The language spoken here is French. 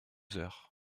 heures